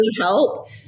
help